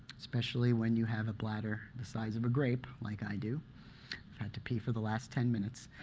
especially when you have a bladder the size of a grape like i do. i've had to pee for the last ten minutes.